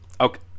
okay